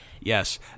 Yes